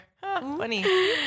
Funny